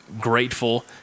grateful